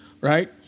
right